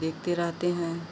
देखते रहते हैं